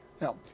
Now